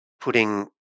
putting